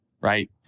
right